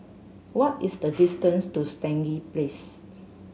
what is the distance to Stangee Place